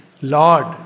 Lord